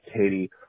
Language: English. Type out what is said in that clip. Katie